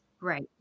Right